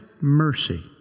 mercy